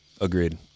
Agreed